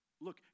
look